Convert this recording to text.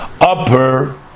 upper